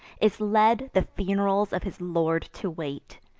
is led, the fun'rals of his lord to wait.